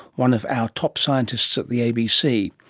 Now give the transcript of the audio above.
one of our top scientists at the abc.